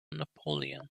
napoleon